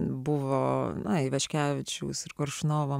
buvo ai ivaškevičiaus ir koršunovo